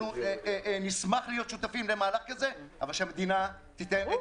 אנחנו נשמח להיות שותפים למהלך כזה אבל שהמדינה תיתן.